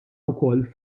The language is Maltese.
wkoll